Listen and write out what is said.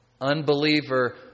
unbeliever